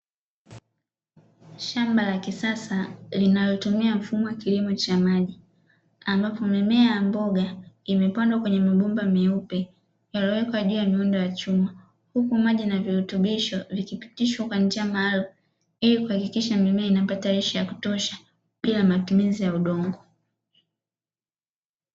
Shamba la kisasa linalotumia mfumo wa kilimo cha maji ambapo mimea ya mboga imepandwa kwenye mabomba meupe yaliyowekwa juu ya miundo ya chuma. Huku maji na virutubisho vikipitishwa kwa njia maalum ili kuhakikisha mimea inapata lishe ya kutosha pia matumizi ya udongo.